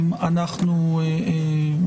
נדמה לי שגם שבוע,